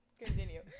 Continue